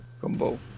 combo